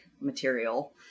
material